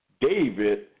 David